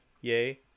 Yay